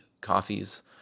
coffees